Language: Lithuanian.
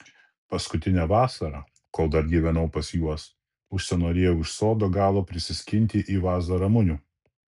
paskutinę vasarą kol dar gyvenau pas juos užsinorėjau iš sodo galo prisiskinti į vazą ramunių